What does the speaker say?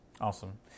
Awesome